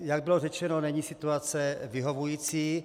Jak bylo řečeno, není situace vyhovující.